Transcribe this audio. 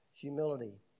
Humility